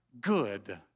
good